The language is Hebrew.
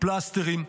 פלסטרים.